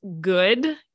good